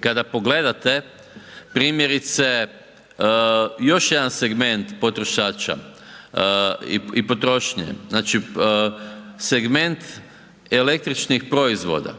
Kada pogledate primjerice još jedan segment potrošača i potrošnje, znači segment električnih proizvoda